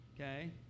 okay